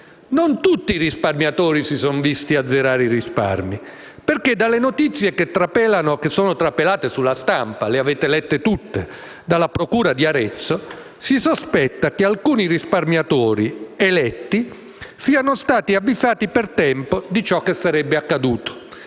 Non tutti i risparmiatori si sono visti azzerare i risparmi, perché dalle notizie che sono trapelate sulla stampa (le avete lette tutti) dalla procura di Arezzo si sospetta che alcuni risparmiatori eletti siano stati avvisati per tempo di ciò che sarebbe successo.